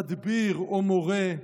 מדביר או מורה,